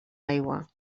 aigua